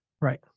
Right